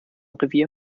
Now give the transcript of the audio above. revier